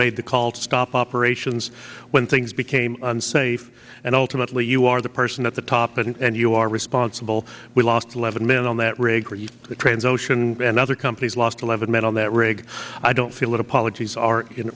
made the call to stop operations when things became unsafe and ultimately you are the person at the top and you are responsible we lost eleven men on that ray gris transocean and other companies lost eleven men on that rig i don't feel it apologies are in